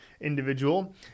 individual